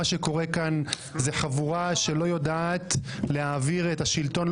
מה שקורה כאן זה חבורה שלא יודעת להעביר את השלטון.